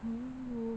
mm